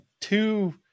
two